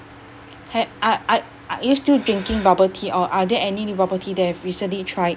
hav~ a~ ar~ are you still drinking bubble tea or are there any new bubble tea that you've recently tried